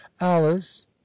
alice